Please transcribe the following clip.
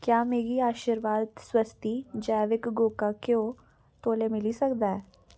क्या मिगी आशीर्वाद स्वस्ति जैविक गौह्का घ्यौ तौले मिली सकदा ऐ